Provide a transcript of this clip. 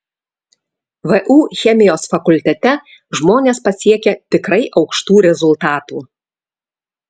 vu chemijos fakultete žmonės pasiekė tikrai aukštų rezultatų